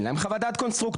אין להם חוות דעת קונסטרוקטור,